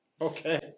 Okay